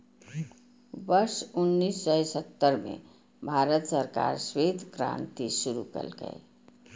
वर्ष उन्नेस सय सत्तर मे भारत सरकार श्वेत क्रांति शुरू केलकै